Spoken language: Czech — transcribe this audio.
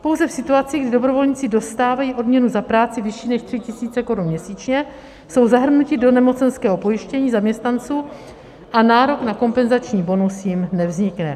Pouze v situaci, kdy dobrovolníci dostávají odměnu za práci vyšší než 3 tisíce korun měsíčně, jsou zahrnuti do nemocenského pojištění zaměstnanců a nárok na kompenzační bonus jim nevznikne.